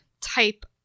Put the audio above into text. type